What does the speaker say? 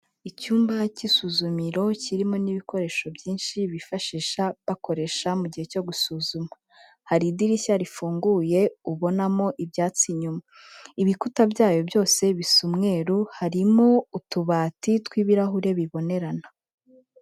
Icyumba cy'isuzumiro kirimo n'ibikoresho byinshi bifashisha bakoresha mu gihe cyo gusuzuma, hari idirishya rifunguye ubonamo ibyatsi inyuma, ibikuta byayo byose bisa umweru, harimo utubati tw'ibirahure bibonerana.